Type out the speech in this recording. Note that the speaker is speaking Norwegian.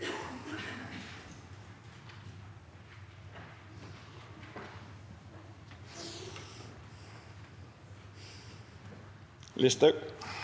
miste.